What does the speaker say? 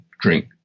drink